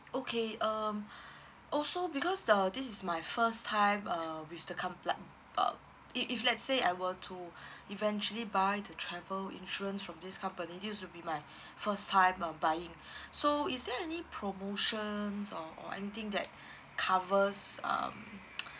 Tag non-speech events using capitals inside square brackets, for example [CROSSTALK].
okay um also because uh this is my first time uh with the uh if if let's say I were to [BREATH] eventually buy the travel insurance from this company this will be my first time uh buying [BREATH] so is there any promotions or or anything that covers um [NOISE]